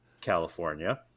California